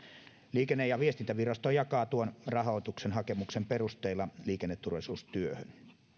liikenne ja viestintävirasto jakaa tuon rahoituksen hakemuksen perusteella liikenneturvallisuustyöhön